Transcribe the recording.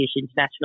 international